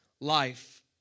life